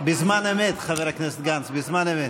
בזמן אמת, חבר הכנסת גנץ, בזמן אמת.